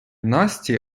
насті